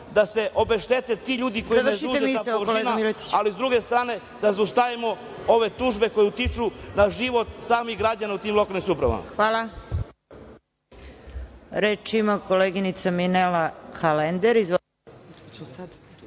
da se obeštete ti ljudi kojima je zauzeta površina, ali s druge strane, da zaustavimo ove tužbe koje utiču na život samih građana u tim lokalnim samoupravama.